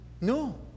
No